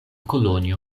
kolonjo